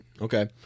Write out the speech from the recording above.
Okay